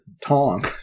Tong